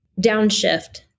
downshift